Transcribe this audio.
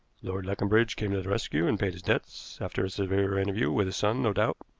lord leconbridge came to the rescue and paid his debts, after a severe interview with his son, no doubt.